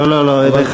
לא, לא, לא.